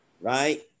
right